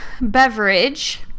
beverage